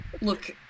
Look